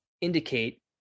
indicate